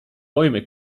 bäume